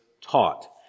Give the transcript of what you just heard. taught